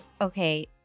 okay